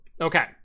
Okay